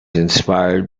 inspired